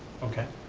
okay.